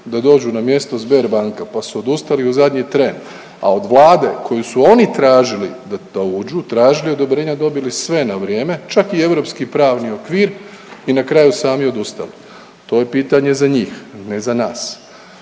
da dođu na mjesto Sberbanke, pa su odustali u zadnji tren, a od vlade koju su oni tražili da uđu, tražili odobrenja, dobili sve na vrijeme, čak i europski pravni okvir i na kraju sami odustali, to je pitanje za njih, ne za nas.